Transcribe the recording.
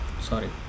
Sorry